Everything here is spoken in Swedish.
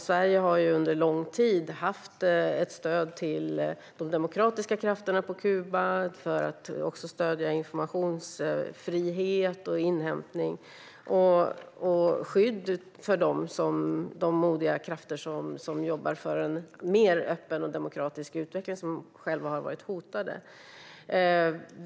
Sverige har under lång tid haft ett stöd till de demokratiska krafterna på Kuba för att också stödja informationsfrihet, inhämtning och skydd för de modiga krafter som jobbar för en mer öppen och demokratisk utveckling och som själva har varit hotade.